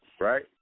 Right